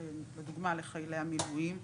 לדוגמה לחיילי המילואים.